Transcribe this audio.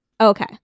Okay